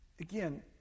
again